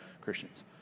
Christians